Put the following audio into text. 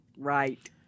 right